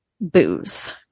booze